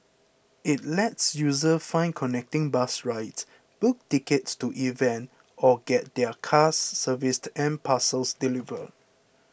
it lets users find connecting bus rides book tickets to events or get their cars serviced and parcels delivered